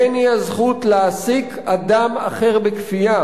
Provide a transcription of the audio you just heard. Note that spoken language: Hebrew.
אין היא הזכות להעסיק אדם אחר בכפייה,